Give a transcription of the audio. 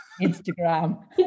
Instagram